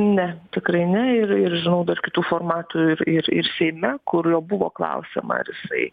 ne tikrai ne ir ir žinau dar kitų formatų ir ir seime kur jo buvo klausiama ar jisai